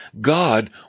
God